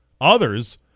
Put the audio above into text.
Others